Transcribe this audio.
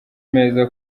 meza